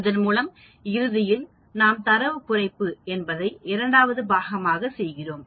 இதன்மூலம் இறுதியில் நாம் தரவு குறைப்பு என்பதை இரண்டாவது பாகமாக செய்கிறோம்